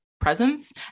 presence